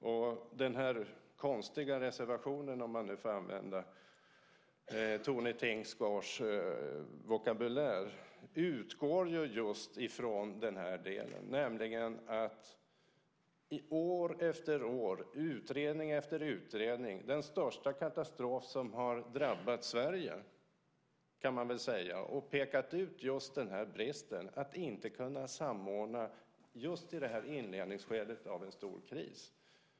Och den här konstiga reservationen, om jag nu får använda Tone Tingsgårds vokabulär, utgår just från denna del, nämligen att man i år efter år och i utredning efter utredning när det gäller den största katastrof som har drabbat Sverige, kan man väl säga, har pekat på den här bristen att inte kunna samordna i inledningsskedet av en stor kris.